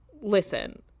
listen